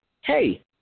Hey